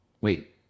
Wait